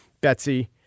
Betsy